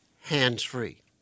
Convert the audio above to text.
hands-free